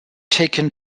taken